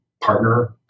partner